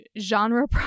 genre